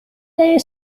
lay